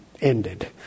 ended